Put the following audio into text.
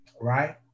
right